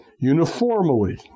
uniformly